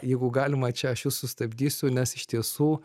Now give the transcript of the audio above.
jeigu galima čia aš jus sustabdysiu nes iš tiesų